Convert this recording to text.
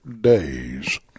days